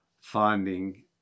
finding